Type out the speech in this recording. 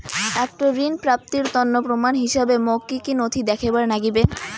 একটা ঋণ প্রাপ্তির তন্ন প্রমাণ হিসাবে মোক কী কী নথি দেখেবার নাগিবে?